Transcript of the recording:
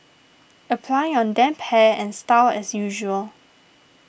apply on damp hair and style as usual